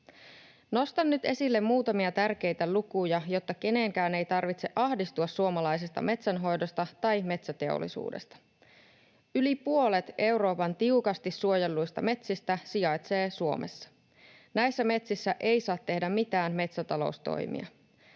Nostan nyt esille muutamia tärkeitä lukuja, jotta kenenkään ei tarvitse ahdistua suomalaisesta metsänhoidosta tai metsäteollisuudesta. Yli puolet Euroopan tiukasti suojelluista metsistä sijaitsee Suomessa. Näissä metsissä ei saa tehdä mitään metsätaloustoimia.